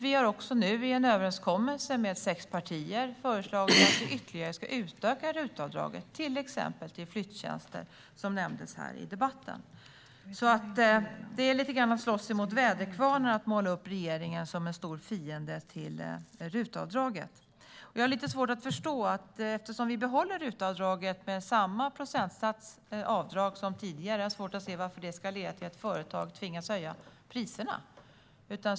Vi har också nu i en överenskommelse med sex partier föreslagit att vi ska utöka RUT-avdraget, till exempel till flyttjänster, som nämndes här i debatten. Det är alltså lite grann att slåss mot väderkvarnar att måla upp regeringen som en stor fiende till RUT-avdraget. Eftersom vi behåller RUT-avdraget - det är samma avdrag som tidigare - har jag svårt att se varför det ska leda till att företag tvingas höja priserna.